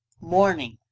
morning